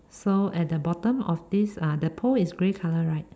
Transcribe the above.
so at the bottom of this uh the pole is grey color right